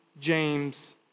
James